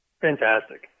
Fantastic